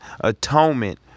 atonement